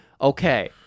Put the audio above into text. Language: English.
Okay